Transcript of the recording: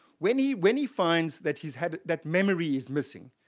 when he when he finds that he's had that memory is missing,